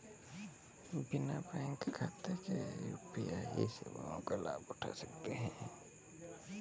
बिना बैंक खाते के क्या यू.पी.आई सेवाओं का लाभ उठा सकते हैं?